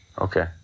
Okay